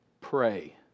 Pray